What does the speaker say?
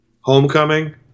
Homecoming